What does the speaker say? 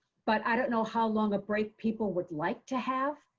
but i don't know how long a break people would like to have.